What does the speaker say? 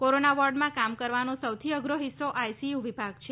corona વોર્ડમાં કામ કરવાનો સૌથી અઘરો હિસ્સો આઇસીયુ વિભાગ છે